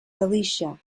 galicia